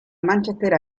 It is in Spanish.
manchester